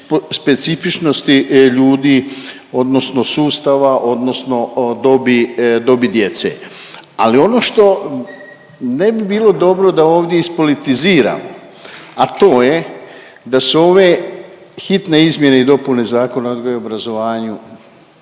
specifičnosti ljudi odnosno sustava odnosno dobi, dobi djece. Ali ono što ne bi bilo dobro da ovdje ispolitiziram, a to je da su ove hitne izmjene i dopune Zakona o odgoju i obrazovanju